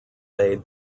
aid